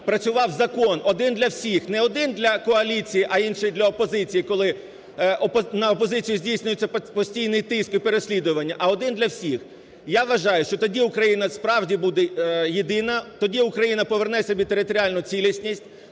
працював закон один для всіх, не один – для коаліції, а інший – для опозиції, коли на опозицію здійснюється постійний тиск і переслідування, а один для всіх. Я вважаю, що тоді Україна, справді, буде єдина, тоді Україна поверне собі територіальну цілісність,